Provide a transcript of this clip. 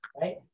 Right